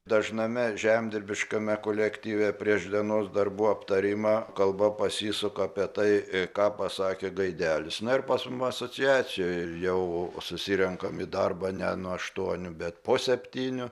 dažname žemdirbiškame kolektyve prieš dienos darbų aptarimą kalba pasisuka apie tai ką pasakė gaidelis na ir pas mum asociacijoj jau susirenkam į darbą ne nuo aštuonių bet po septynių